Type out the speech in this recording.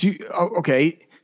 okay